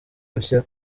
gushya